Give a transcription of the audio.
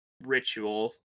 ritual